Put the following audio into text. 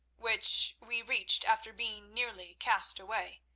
which we reached after being nearly cast away.